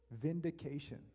vindication